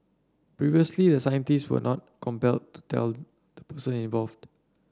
previously the scientist was not compelled to tell the person involved